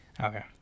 Okay